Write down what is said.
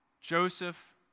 Joseph